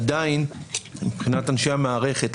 עדיין מבחינת אנשי המערכת,